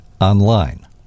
online